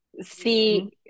see